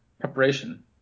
preparation